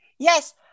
Yes